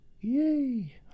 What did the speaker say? yay